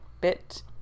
bit